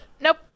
nope